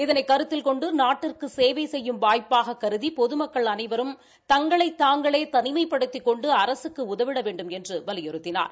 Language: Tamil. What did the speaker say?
இதனை கருத்தில் கொண்டு நாட்டிற்கு சேவை செய்யும் வாய்ப்பாக கருதி பொதுமக்கள் அனைவரும் தங்களைத் தாங்களே தனிமைப்படுத்திக் கொண்டு அரசுக்கு உதவிட வேண்டுமென்று வலியுறுத்தினார்